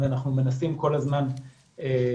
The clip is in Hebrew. ואנחנו מנסים כל הזמן להגדיל.